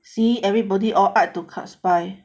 see everybody all add to carts by